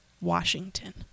Washington